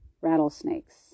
rattlesnakes